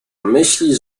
myśli